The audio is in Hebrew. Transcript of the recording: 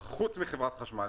פרט לחברת החשמל.